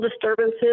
disturbances